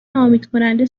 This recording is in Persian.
ناامیدکننده